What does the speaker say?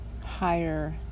higher